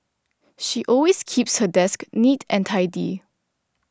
she always keeps her desk neat and tidy